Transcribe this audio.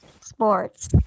sports